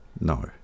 No